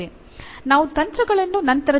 ನಾವು ತಂತ್ರಗಳನ್ನು ನಂತರ ಚರ್ಚಿಸೋಣ